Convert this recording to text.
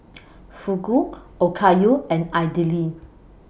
Fugu Okayu and Idili